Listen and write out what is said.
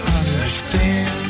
understand